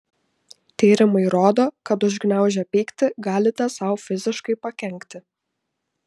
tyrimai rodo kad užgniaužę pyktį galite sau fiziškai pakenkti